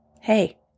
hey